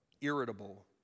irritable